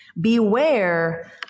Beware